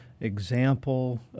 example